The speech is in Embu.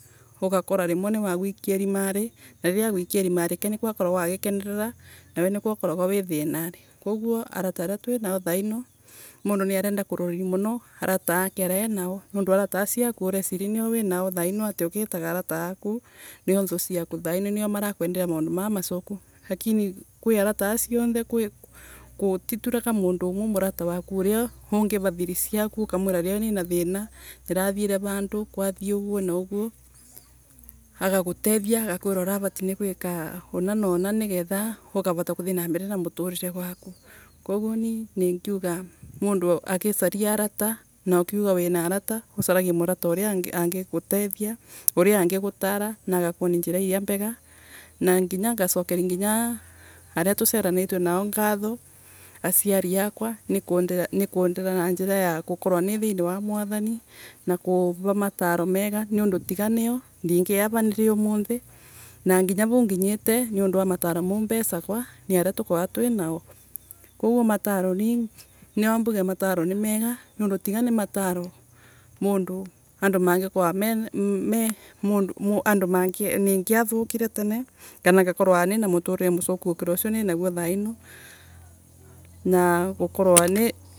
Ugakora rimwe ni wa kuikia irinari, na uguo agwikia irinari ke nikwa akoragwa agiragwa agikenerera, nawe nikwa ukoragwa wi thinari. Koguo arata aria aria twinao thaino, mundo niarenda kuroria muno arata ake aria anao, nundu arata acio aku ureciria nio winao thaino ati ugiitaga arata aku, nio nthu ciaku. Thaino nio, marakwendera maundu mama macuku. Lakini kwi arata acio anthe gu gutituraga murata urio ungiva thiri ciaku, ukamwiraga riria wina thina. Urathiere vandu, kwathie uguo na uguo agagutethia, agakuira uravatie guika unana una nigetha ukavota nambere na waku. Koguo nie ningiuga mundu agicaria arata ningiuga wina arata, ucaragie murata uria angibutethia, ana angigutara na njira iria mbega, nginya ngacokeria nginya aria tuciaraniritwe nao ngatho, aciaria kwa, nikwendera, niundera na njira ni thiini wa mwathoni na kuumva mataaromega nundu tiganio ndi ngi avariri umuthi na nginya vau nginyite, nondu wa mataano mau mavesaga na aria tukoragwa twinao. Koguo matano ni na mbuge mataro ni mega nondu tiga ni mataro nundu andu mangikorwa meme mun andu ningiathukiretene kana gukorwa ni na muturire mucuku, gukira ucio ninaguo thairo. Na gukarwa ni